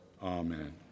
Amen